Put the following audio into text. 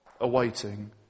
awaiting